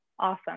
awesome